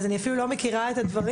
אז אני אפילו לא מכירה את הדברים.